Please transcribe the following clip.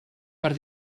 per